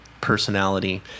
personality